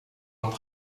vingt